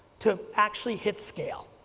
to actually hit scale.